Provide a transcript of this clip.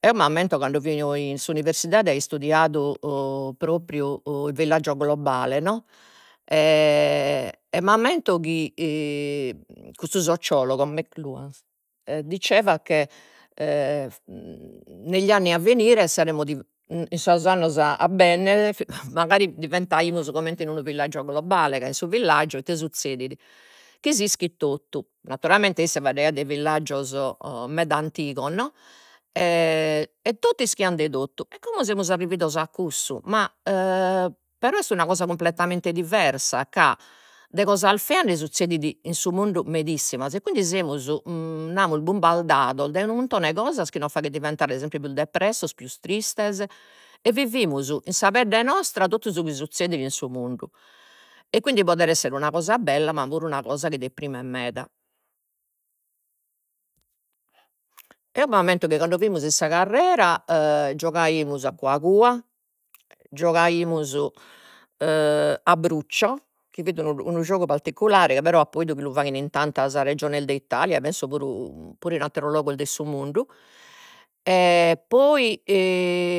eo m'ammento chi cando fio in s'universidade aio istudiadu propriu u il villaggio globale no, e m'ammento chi custu sociologo Mc Luhan diceva che negli anni a venire saremo di in sos annos a a bennere magari diventaimus magari comente in unu villaggio globale ca in su villagiu ite suzzedit, chi s'ischit totu, naturalmente isse faeddaiat de villagios o meda antigos no, e totu ischian de totu, e como semus arrividos a cussu ma però est una cosa cumpletamente diversa ca de cosas feas nde suzzedin in su mundu medissimas, e quindi semus namus bumbardados dai unu muntone 'e cosa chi nos faghen diventare sempre pius depressos pius tristes e vivimus in sa pedde nostra totu su chi suzzedit in su mundu, e quindi podet essere una cosa bella ma puru una cosa chi deprimet meda. Eo m'ammento chi cando fimus in sa carrera giogaimus a cua cua, giogaimus a brucio, chi fit unu unu giogu particulare, chi però apo idu chi lu faghen in tantas regiones de Italia, penso puru in atteros logos de su mundu, e poi